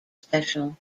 special